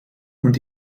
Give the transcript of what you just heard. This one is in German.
und